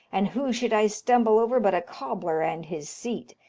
and who should i stumble over but a cobler and his seat,